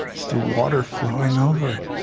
is the water, flowing over it.